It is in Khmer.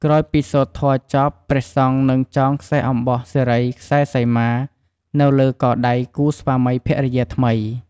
ក្រោយពីសូត្រធម៌ចប់ ព្រះសង្ឃនឹងចងខ្សែអំបោះសិរី ខ្សែសីមា នៅលើកដៃគូស្វាមីភរិយាថ្មី។